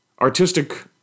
Artistic